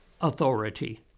authority